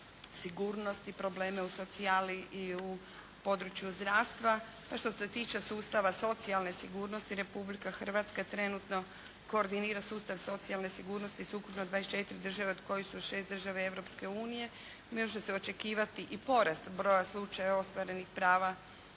sigurnost i probleme u socijali i u području zdravstva. A što se tiče sustava socijalne sigurnosti Republika Hrvatska trenutno koordinira sustav socijalne sigurnosti s ukupno 24 države od kojih su 6 države Europske unije, može se očekivati i porast broja slučaja ostvarenih prava